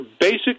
basic